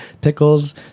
pickles